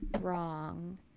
wrong